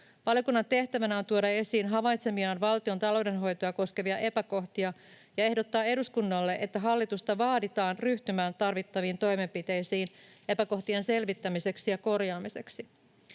Valiokunnan tehtävänä on tuoda esiin havaitsemiaan valtiontalouden hoitoa koskevia epäkohtia ja ehdottaa eduskunnalle, että hallitusta vaaditaan ryhtymään tarvittaviin toimenpiteisiin epäkohtien selvittämiseksi ja korjaamiseksi.